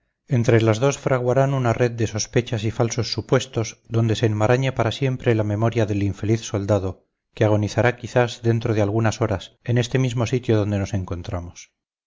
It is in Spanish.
entre las dos fraguarán una red de sospechas y falsos supuestos donde se enmarañe para siempre la memoria del infeliz soldado que agonizará quizás dentro de algunas horas en este mismo sitio donde nos encontramos